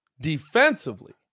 defensively